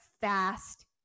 fast